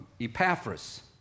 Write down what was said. Epaphras